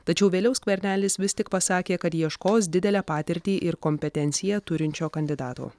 tačiau vėliau skvernelis vis tik pasakė kad ieškos didelę patirtį ir kompetenciją turinčio kandidato